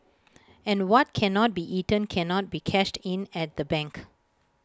and what cannot be eaten cannot be cashed in at the bank